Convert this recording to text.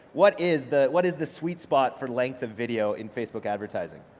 what is the, what is the sweet spot for length of video in facebook advertising?